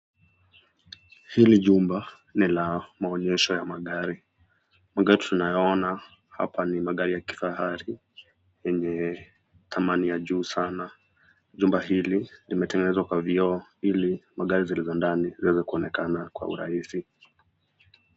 Hili jumba ni la maonyesho ya magari, magari tunayo ona hapa ni magari ya kifahari yenye dhamani ya juu sana jumba hili limetengenezwa kwa vioo ili magari yaliondani yaweze kuonekana kwa urahisi.